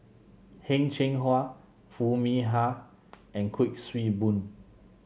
Heng Cheng Hwa Foo Mee Har and Kuik Swee Boon